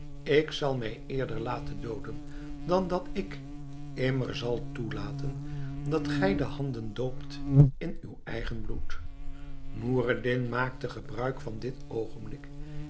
ik zal mij eerder laten dooden dan dat ik immer zal toelaten dat gij de handen doopt in uw eigen bloed noureddin maakte gebruik van dit oogenblik